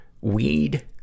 Weed